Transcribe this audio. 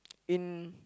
in